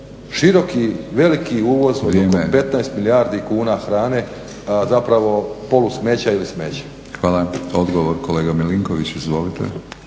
široki, veliki uvoz od oko 15 milijardi kuna hrane a zapravo polusmeća ili smeća. **Batinić, Milorad (HNS)** Hvala. Odgovor kolega Milinković, izvolite.